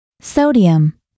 Sodium